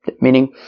meaning